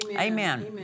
Amen